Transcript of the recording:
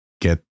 get